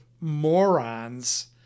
morons